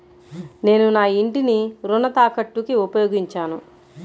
నేను నా ఇంటిని రుణ తాకట్టుకి ఉపయోగించాను